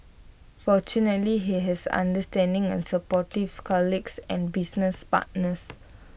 fortunately he has understanding and supportive colleagues and business partners